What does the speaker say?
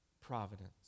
providence